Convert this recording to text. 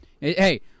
Hey